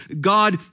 God